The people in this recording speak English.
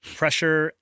pressure